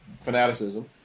fanaticism